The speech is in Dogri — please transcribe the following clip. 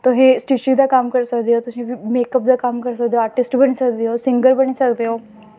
तुस स्टिचिंग दा कम्म करी सकदे ओ तुस मेकअप दा कम्म करी सकदे ओ आर्टिंस्ट बनी सकदे ओ सिंगर बनी सकदे ओ